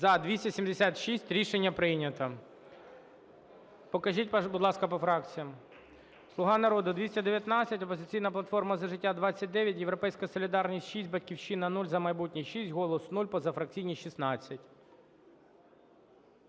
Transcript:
За-276 Рішення прийнято. Покажіть, будь ласка, по фракціях. "Слуга народу" – 219, "Опозиційна платформа - За життя" – 29, "Європейська солідарність" – 6, "Батьківщина" – 0, "За майбутнє" – 6, "Голос" – 0, позафракційні – 16.